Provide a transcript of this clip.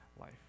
life